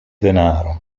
denaro